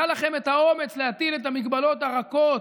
לכם את האומץ להטיל את ההגבלות הרכות,